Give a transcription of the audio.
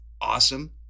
awesome